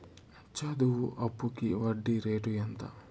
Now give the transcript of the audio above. చదువు అప్పుకి వడ్డీ రేటు ఎంత?